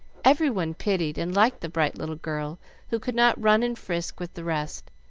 every one pitied and liked the bright little girl who could not run and frisk with the rest,